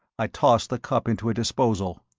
i tossed the cup into a disposal.